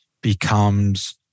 becomes